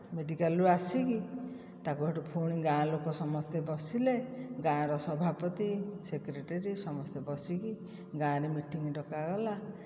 ମେଡ଼ିକାଲରୁ ଆସିକି ତାକୁ ସେଇଠୁ ଫୁଣି ଗାଁ ଲୋକ ସମସ୍ତେ ବସିଲେ ଗାଁର ସଭାପତି ସେକ୍ରେଟାରୀ ସମସ୍ତେ ବସିକି ଗାଁରେ ମିଟିଂ ଡକାଗଲା